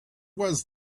was